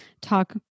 talk